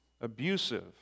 abusive